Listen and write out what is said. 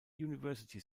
university